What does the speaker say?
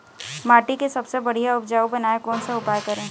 माटी के सबसे बढ़िया उपजाऊ बनाए कोन सा उपाय करें?